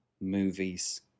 movies